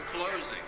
Closing